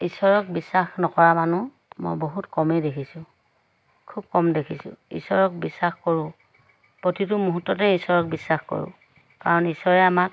ঈশ্বৰক বিশ্বাস নকৰা মানুহ মই বহুত কমেই দেখিছোঁ খুব কম দেখিছোঁ ঈশ্বৰক বিশ্বাস কৰোঁ প্ৰতিটো মুহূৰ্ততে ঈশ্বৰক বিশ্বাস কৰোঁ কাৰণ ঈশ্বৰে আমাক